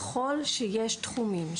ככל שיש תחומים,